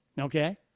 okay